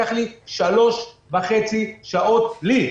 לקח לי שלוש וחצי שעות לי,